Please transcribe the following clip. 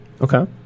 okay